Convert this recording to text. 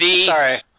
Sorry